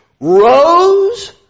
Rose